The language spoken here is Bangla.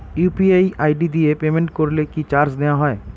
ইউ.পি.আই আই.ডি দিয়ে পেমেন্ট করলে কি চার্জ নেয়া হয়?